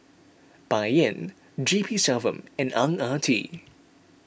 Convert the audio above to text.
Bai Yan G P Selvam and Ang Ah Tee